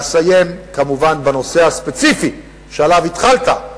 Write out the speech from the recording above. ואסיים, כמובן, בנושא הספציפי שבו התחלת.